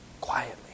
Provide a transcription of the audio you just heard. quietly